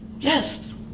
Yes